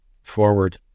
forward